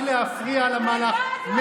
רק להפריע למהלך.